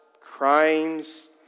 crimes